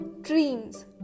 dreams